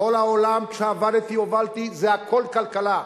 בכל העולם, כשעבדתי, הובלתי, זה הכול כלכלה.